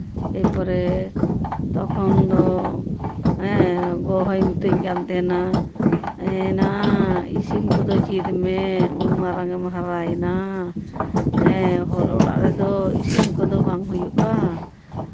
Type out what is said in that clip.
ᱮᱨᱯᱚᱨᱮ ᱛᱚᱠᱷᱚᱱ ᱫᱚ ᱦᱮᱸ ᱜᱚ ᱦᱚᱸᱭ ᱢᱤᱛᱟᱹᱧ ᱠᱟᱱ ᱛᱟᱦᱮᱱᱟ ᱮᱻᱱᱟ ᱮᱥᱤᱱ ᱠᱚᱫᱚ ᱪᱮᱫ ᱢᱮ ᱩᱱ ᱢᱟᱨᱟᱝ ᱮᱢ ᱦᱟᱨᱟᱭᱮᱱᱟ ᱦᱮᱸ ᱦᱚᱲ ᱚᱲᱟᱜ ᱨᱮᱫᱚ ᱤᱥᱤᱱ ᱠᱚᱫᱚ ᱵᱟᱝ ᱦᱩᱭᱩᱜᱼᱟ